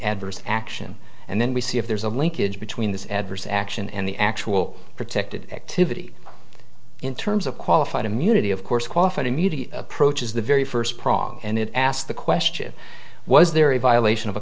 adverse action and then we see if there's a linkage between this adverse action and the actual protected activity in terms of qualified immunity of course qualified immunity approaches the very first prong and it asked the question was there a violation of a